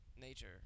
nature